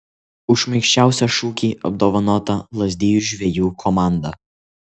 už šmaikščiausią šūkį apdovanota lazdijų žvejų komanda